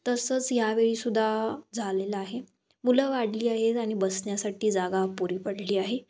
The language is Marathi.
तसंच यावेळीसुद्दा झालेलं आहे मुलं वाढली आहे आणि बसण्यासाठी जागा अपुरी पडली आहे